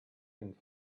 and